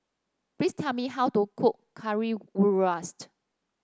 please tell me how to cook Currywurst